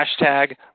hashtag